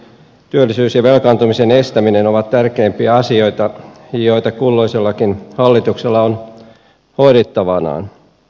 työllisyys ja velkaantumisen estäminen ovat tärkeimpiä asioita joita kulloisellakin hallituksella on hoidettavanaan